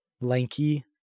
lanky